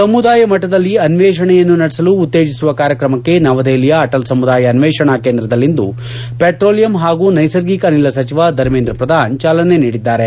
ಸಮುದಾಯ ಮಟ್ಟದಲ್ಲಿ ಅನ್ವೇಷಣೆಯನ್ನು ನಡೆಸಲು ಉತ್ತೇಜಿಸುವ ಕಾರ್ಯಕ್ರಮಕ್ಕೆ ನವದೆಹಲಿಯ ಅಟಲ್ ಸಮುದಾಯ ಅನ್ವೇಷಣಾ ಕೇಂದ್ರದಲ್ಲಿಂದು ಪೆಟ್ರೋಲಿಯಂ ಹಾಗೂ ನ್ವೆಸರ್ಗಿಕ ಅನಿಲ ಸಚಿವ ಧರ್ಮೇಂದ್ರ ಪ್ರಧಾನ್ ಚಾಲನೆ ನೀಡಿದ್ದಾರೆ